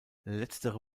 letztere